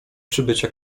przybycia